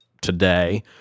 today